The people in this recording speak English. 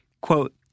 quote